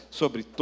sobre